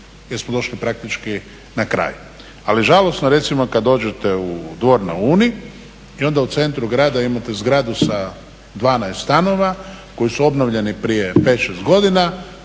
jer smo došli praktički na kraj. Ali žalosno je, recimo kad dođete u Dvor na Uni i onda u centru grada imate zgradu sa 12 stanova koji su obnovljeni prije 5, 6 godina,